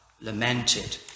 lamented